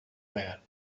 that